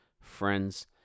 friends